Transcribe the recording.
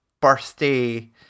birthday